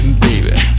baby